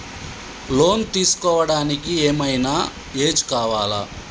Loan తీస్కోవడానికి ఏం ఐనా ఏజ్ కావాలా?